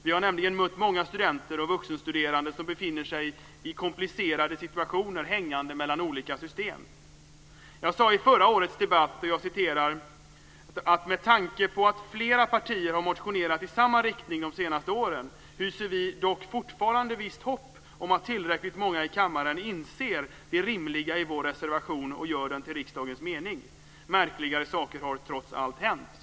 Vi har nämligen mött många studenter och vuxenstuderande som befinner sig i komplicerade situationer, hängande mellan olika system. Jag sade i förra årets debatt: "Med tanke på att flera partier har motionerat i samma riktning under de senaste åren hyser vi fortfarande visst hopp om att tillräckligt många i kammaren inser det rimliga i vår reservation och gör den till riksdagens mening. Märkligare saker har trots allt hänt."